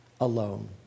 alone